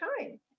time